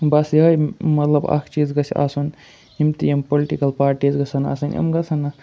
بَس یِہٕے مطلب اَکھ چیٖز گژھِ آسُن یِم تہِ یِم پُلٹِکَل پاٹیٖز گژھن آسٕنۍ یِم گژھن نہٕ